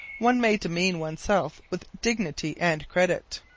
one may demean oneself with dignity and credit.